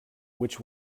which